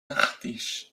nachtisch